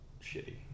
shitty